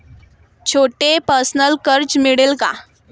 छोटे पर्सनल कर्ज मिळेल का?